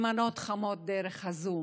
למנות חמות דרך הזום?